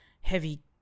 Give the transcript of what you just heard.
heavy